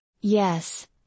Yes